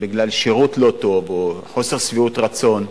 בגלל שירות לא טוב או חוסר שביעות רצון,